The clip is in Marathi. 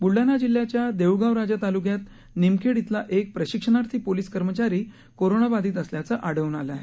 बुलडाणा जिल्ह्याच्या देऊळगाव राजा तालुक्यात निमखेड धिला एक प्रशिक्षणार्थी पोलिस कर्मचारी कोरोनाबाधित असल्याचं आढळून आलं आहे